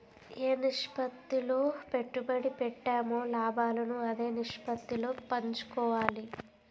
ఏ నిష్పత్తిలో పెట్టుబడి పెట్టామో లాభాలను అదే నిష్పత్తిలో పంచుకోవాలి